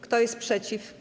Kto jest przeciw?